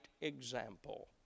example